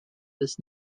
this